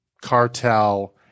cartel